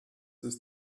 ist